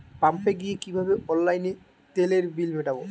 পাম্পে গিয়ে কিভাবে অনলাইনে তেলের বিল মিটাব?